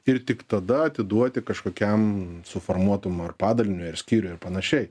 ir tik tada atiduoti kažkokiam suformuotam ar padaliniui ar skyriui ar panašiai